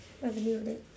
what's the name of that